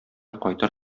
кайтыр